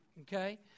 Okay